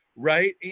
Right